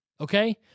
Okay